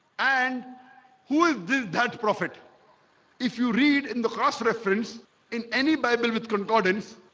and who is this that prophet if you read in the cross reference in any bible with confidence?